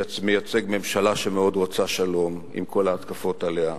מייצג ממשלה שמאוד רוצה שלום, עם כל ההתקפות עליה.